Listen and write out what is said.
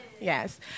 yes